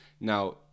Now